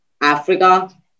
Africa